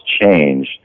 change